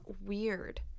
weird